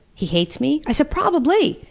he hates me? i said, probably!